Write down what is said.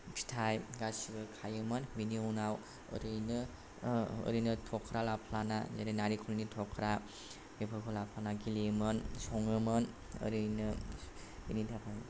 फिथाइ गासैबो खायोमोन बिनि उनाव ओरैनो ओरैनो थख्रा लाफ्लाना जेरै नारेंखलनि थख्रा बेफोरखौ लाफ्लाना गेलेयोमोन सङोमोन ओरैनो बेनि थाखाय